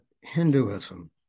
Hinduism